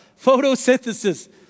Photosynthesis